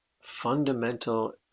fundamental